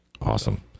Awesome